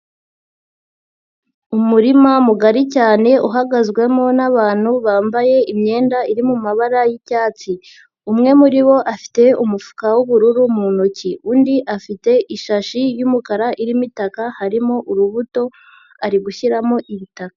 Umurima mugari cyane uhagazwemo n'abantu bambaye imyenda iri mu mabara y'icyatsi, umwe muri bo afite umufuka w'ubururu mu ntoki, undi afite ishashi y'umukara, irimo itaka harimo urubuto ari gushyiramo ibitaka.